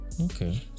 Okay